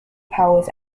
powers